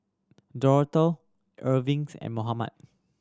Dorotha Erving's and Mohammed